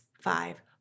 five